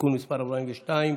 (תיקון מס' 42),